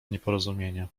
nieporozumienie